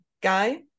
guy